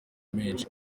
menshi